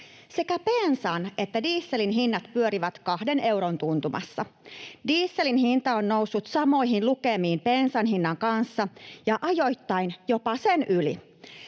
Sekä bensan että dieselin hinnat pyörivät kahden euron tuntumassa. Dieselin hinta on noussut samoihin lukemiin bensan hinnan kanssa ja ajoittain jopa sen yli.